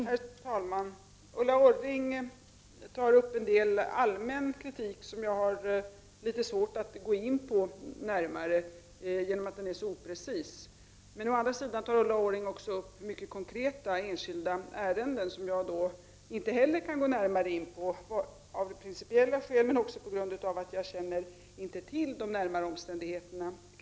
Herr talman! Ulla Orring tar upp en del allmän kritik, som jag har litet svårt att närmare gå in på, eftersom den är så oprecis. Å andra sidan tar Ulla Orring också upp mycket konkreta enskilda ärenden, som jag inte heller, av principiella skäl, kan gå in på, men också på grund av att jag inte känner till de närmare omständigheterna.